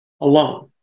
alone